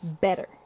better